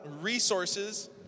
resources